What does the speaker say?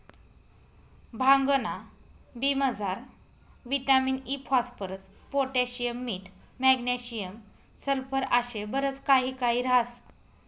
भांगना बी मजार विटामिन इ, फास्फरस, पोटॅशियम, मीठ, मॅग्नेशियम, सल्फर आशे बरच काही काही ह्रास